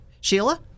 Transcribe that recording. Sheila